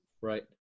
right